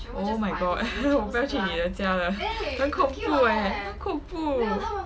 oh my god 我不要去你的家了很恐怖 eh 很恐怖